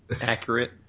accurate